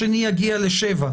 השני יגיע לשבע.